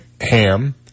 ham